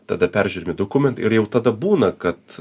tada peržiūrimi dokumentai ir jau tada būna kad